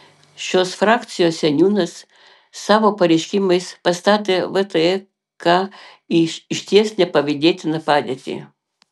šios frakcijos seniūnas savo pareiškimais pastatė vtek į išties nepavydėtiną padėtį